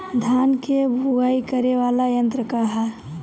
धान के बुवाई करे वाला यत्र का ह?